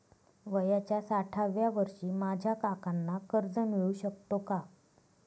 वयाच्या साठाव्या वर्षी माझ्या काकांना कर्ज मिळू शकतो का?